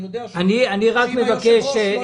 אני יודע שאם היושב-ראש לא ייתן לוח זמנים,